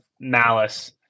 malice